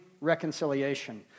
reconciliation